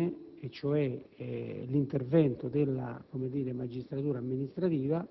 interrogazione, cioè l'intervento della magistratura amministrativa